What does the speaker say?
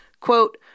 Quote